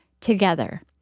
together